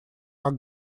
как